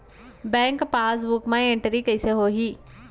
Bank passbook मा entry कइसे होही?